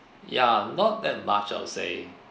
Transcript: ya not that much I'll say